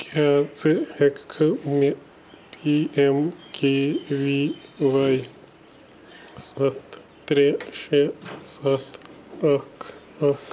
کیٛاہ ژٕ ہٮ۪کہٕ کھہٕ مےٚ P M K V Y سَتھ ترٛےٚ شےٚ سَتھ اَکھ اَکھ